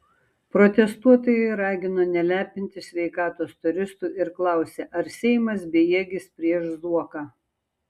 protestuotojai ragino nelepinti sveikatos turistų ir klausė ar seimas bejėgis prieš zuoką